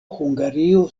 hungario